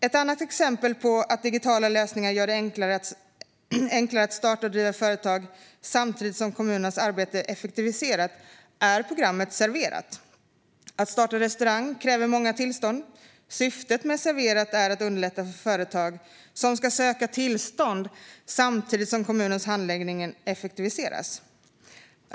Ett annat exempel på att digitala lösningar gör det enklare att starta och driva företag samtidigt som kommunernas arbete effektiviseras är programmet Serverat. Att starta restaurang kräver många tillstånd. Syftet med Serverat är att underlätta för företagare som ska söka tillstånd samtidigt som kommunens handläggning effektiviseras.